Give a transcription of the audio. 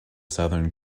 southern